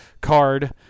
card